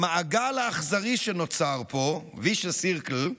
המעגל האכזרי שנוצר פה, vicious circle,